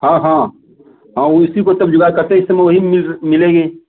हाँ हाँ हाँ उसी का तो बोया करते वही मिल मिलेगी